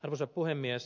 arvoisa puhemies